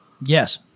yes